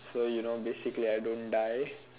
so you know basically I don't die